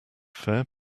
fair